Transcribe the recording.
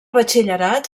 batxillerat